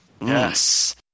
Yes